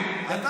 אתה עולה,